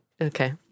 okay